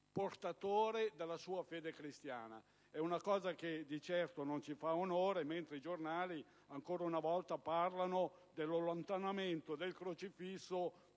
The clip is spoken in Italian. portatore della sua fede cristiana. È una cosa che non ci fa certamente onore, mentre i giornali ancora una volta parlano dell'allontanamento del crocefisso